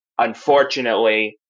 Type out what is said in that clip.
Unfortunately